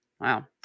Wow